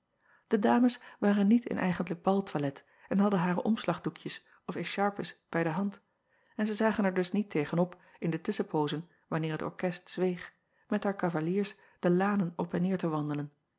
e dames waren niet in eigentlijk baltoilet en hadden hare omslagdoekjes of écharpes bij de hand en zij zagen er dus niet tegen op in de tusschenpoozen wanneer het orkest zweeg met haar cavaliers de lanen op en neêr te wandelen